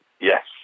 Yes